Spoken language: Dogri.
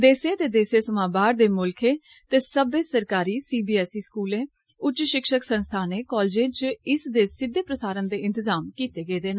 देसे दे देसे समां बाहर दे मुल्खें ते सब्बै सरकारी सी बी एस ई स्कूलूं उच्च षिक्षक संस्थानें कालेजें च इसदे सिद्दे प्रसारण दे इंतजाम किते गेदे न